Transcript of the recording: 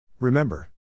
Remember